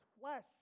flesh